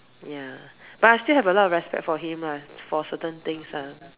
ya but I still have a lot of respect for him lah for certain things lah